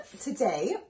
Today